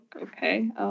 okay